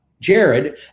Jared